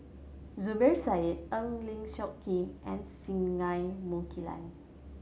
Zubir Said Eng Lee Seok Chee and Singai Mukilan